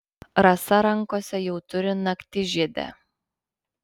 rasa rankose jau turi naktižiedę